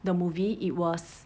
the movie it was